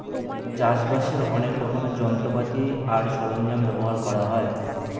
চাষবাসের অনেক রকমের যন্ত্রপাতি আর সরঞ্জাম ব্যবহার করা হয়